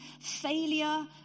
failure